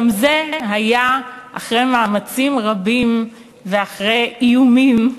גם זה היה אחרי מאמצים רבים ואחרי איומים,